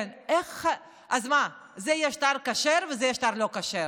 אז מה, זה יהיה שטר כשר וזה יהיה שטר לא כשר?